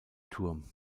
turm